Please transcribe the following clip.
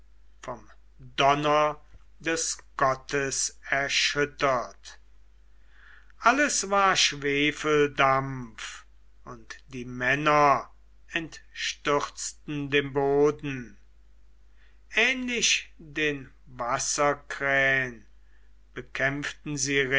vom donner des gottes erschüttert alles war schwefeldampf und die freund entstürzten dem boden ähnlich den wasserkrähn bekämpften sie